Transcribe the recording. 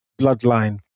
bloodline